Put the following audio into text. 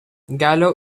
gallo